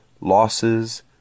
losses